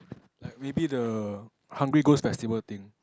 like maybe the Hungry Ghost Festival thing